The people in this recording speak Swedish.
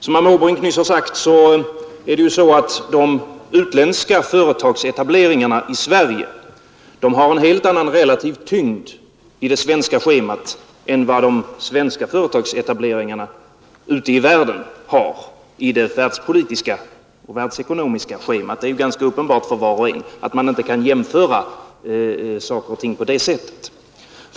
Som herr Måbrink nyss har sagt har de utländska företagsetableringarna i Sverige en helt annan relativ tyngd i det svenska schemat än vad de svenska företagsetableringarna ute i världen har i det världspolitiska och världsekonomiska schemat. Det är ganska uppenbart för var och en att man inte kan jämföra saker och ting på det sättet.